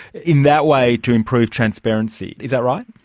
in that way to improve transparency. is that right?